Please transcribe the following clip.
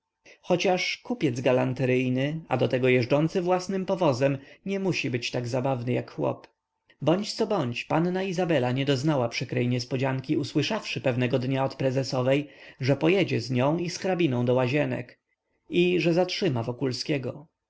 chociaż kupiec galanteryjny a do tego jeżdżący własnym powozem nie musi być tak zabawny jak chłop bądźcobądź panna izabela nie doznała przykrej niespodzianki usłyszawszy pewnego dnia od prezesowej że pojedzie z nią i z hraninąhrabiną do łazienek i że zatrzyma wokulskiego